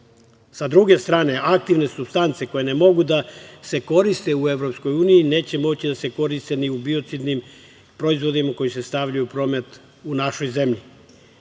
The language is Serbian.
druge strane, aktivne supstance koje ne mogu da se koriste u EU neće moći da se koriste ni u biocidnim proizvodima koje se stavljaju u promet u našoj zemlji.